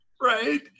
Right